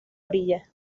orilla